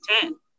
Ten